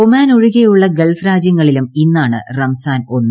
Oman ഒഴികെയുള്ള Gulf രാജ്യങ്ങളിലും ഇന്നാണ് റംസാൻ ഒന്ന്